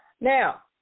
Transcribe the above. now